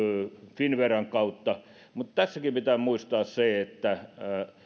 finnveran kautta mutta tässäkin pitää muistaa se että